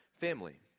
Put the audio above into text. family